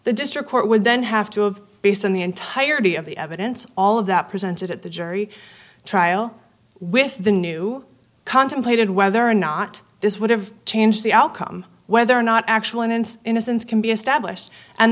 the district court would then have to of based on the entirety of the evidence all of that presented at the jury trial with the new contemplated whether or not this would have changed the outcome whether or not actual and innocence can be established and